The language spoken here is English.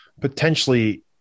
potentially